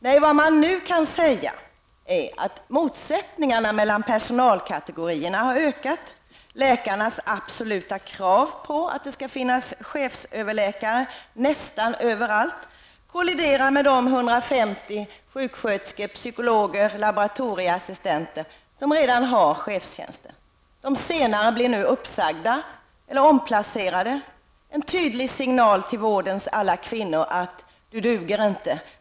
Nej, vad man nu kan säga är att motsättningarna mellan personalkategorierna har ökat. Läkarnas absoluta krav på att det skall finnas chefsöverläkare nästan överallt kolliderar med de 150 sjuksköterskor, psykologer och laboratorieassistenter som redan har chefstjänster. De senare blir nu uppsagda eller omplacerade. Det är en tydlig signal till vårdens alla kvinnor: Du duger inte!